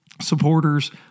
supporters